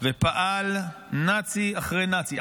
ופעל נאצי אחרי נאצי.